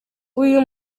uyu